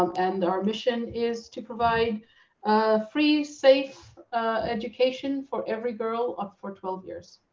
um and our mission is to provide free, safe education for every girl up for twelve years.